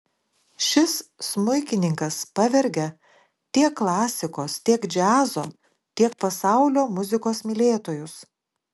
šis smuikininkas pavergia tiek klasikos tiek džiazo tiek pasaulio muzikos mylėtojus